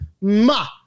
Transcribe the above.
ma